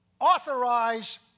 authorize